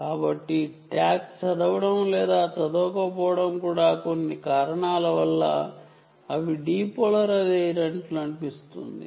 కాబట్టి ట్యాగ్ చదవడం లేదా చదవబడకపోవడం కూడా కొన్ని కారణాల వల్ల అవి డిపోలరైజ్ అయినట్లు అనిపిస్తుంది